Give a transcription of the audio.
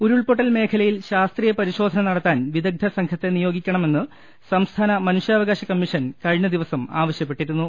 ഉരുൾപൊട്ടൽ മേഖലയിൽ ശാസ്ത്രീയ പരിശോധന നടത്താൻ വിദഗ്ധ്യസംഘത്തെ നിയോഗിക്കണമെന്ന് സംസ്ഥാന മനുഷ്യാവകാശ കമ്മീഷൻ കഴിഞ്ഞ ദിവസം ആവശ്യപ്പെട്ടി രുന്നു